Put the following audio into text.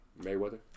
Mayweather